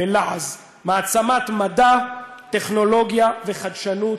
בלעז, מעצמת מדע, טכנולוגיה וחדשנות,